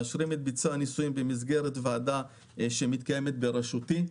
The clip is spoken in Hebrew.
מאשרים את ביצוע הניסויים בוועדה שמתקיימת בראשותי,